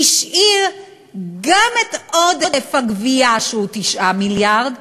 השאיר גם את עודף הגבייה, שהוא 9 מיליארד,